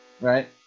Right